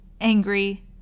angry